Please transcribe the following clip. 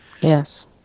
Yes